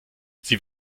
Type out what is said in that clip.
sie